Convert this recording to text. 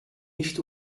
nicht